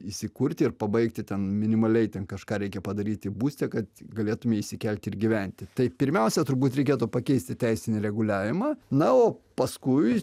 įsikurti ir pabaigti ten minimaliai ten kažką reikia padaryti būste kad galėtum įsikelti ir gyventi tai pirmiausia turbūt reikėtų pakeisti teisinį reguliavimą na o paskui